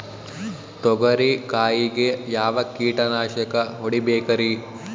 ತೊಗರಿ ಕಾಯಿಗೆ ಯಾವ ಕೀಟನಾಶಕ ಹೊಡಿಬೇಕರಿ?